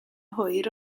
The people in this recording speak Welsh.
hwyr